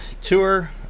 Tour